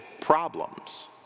problems